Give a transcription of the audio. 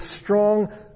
strong